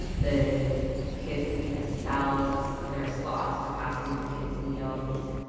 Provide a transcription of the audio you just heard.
the kids sleep in cells. there are slots for passing and the kids meals.